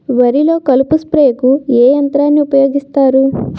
వరిలో కలుపు స్ప్రేకు ఏ యంత్రాన్ని ఊపాయోగిస్తారు?